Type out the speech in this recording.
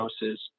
doses